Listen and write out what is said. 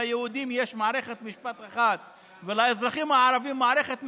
ליהודים יש מערכת משפט אחת ולאזרחים הערבים מערכת משפט,